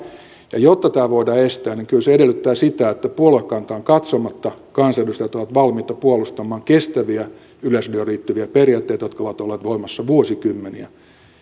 ja jotta tämä voidaan estää niin kyllä se edellyttää sitä että puoluekantaan katsomatta kansanedustajat ovat valmiita puolustamaan kestäviä yleisradioon liittyviä periaatteita jotka ovat olleet voimassa vuosikymmeniä